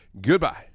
Goodbye